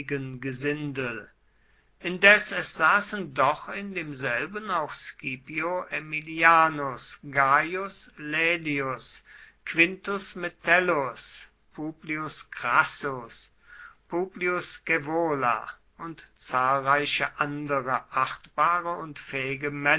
gesindel indes es saßen doch in demselben auch scipio aemilianus gaius laelius quintus metellus publius crassus publius scaevola und zahlreiche andere achtbare und